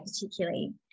particularly